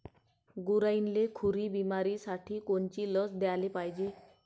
गुरांइले खुरी बिमारीसाठी कोनची लस द्याले पायजे?